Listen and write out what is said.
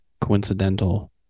coincidental